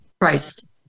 price